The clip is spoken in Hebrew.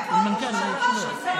איפה נשמע דבר כזה?